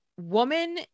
woman